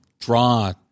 draw